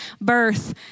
birth